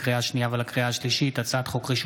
לקריאה שנייה ולקריאה שלישית: הצעת חוק רישוי